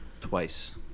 twice